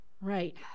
Right